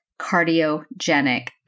cardiogenic